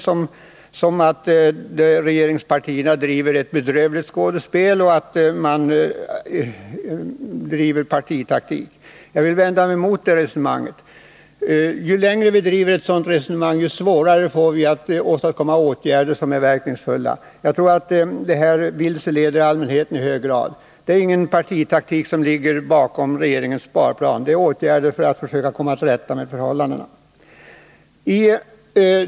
Han sade att regeringspartierna bedriver ett bedrövligt skådespel och att vi bedriver partitaktik. Jag vänder mig mot det resonemanget. Ju längre man driver ett sådant resonemang, desto svårare är det att åstadkomma åtgärder som är verkningsfulla. Jag tror att sådana påståenden i hög grad vilseleder allmänheten. Det ligger ingen partitaktik bakom regeringens sparplan — man tar där upp åtgärder för att försöka komma till rätta med förhållandena.